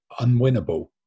unwinnable